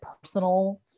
personal